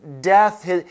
death